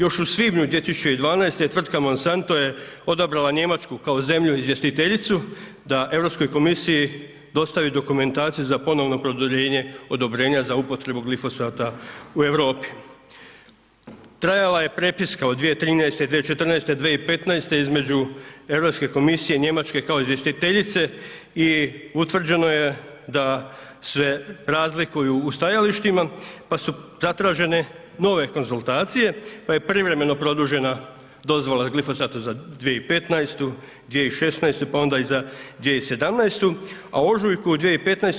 Još u svibnju 2012. tvrtka Monsanto je odabrala Njemačku kao zemlju izvjestiteljicu da Europskoj komisiji dostavi dokumentaciju za ponovno produljenje odobrenja za upotrebu glifosata u Europi.“ Trajala je prepiska od 2013., 2014. i 2015. između Europske komisije i Njemačke kao izvjestiteljice i utvrđeno je da se razlikuju u stajalištima, pa su zatražene nove konzultacije, pa je privremeno produžena dozvola glifosata za 2015., 2016., pa onda i za 2017., a u ožujku 2015.